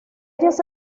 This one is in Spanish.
ellos